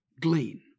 Glean